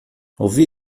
ouvi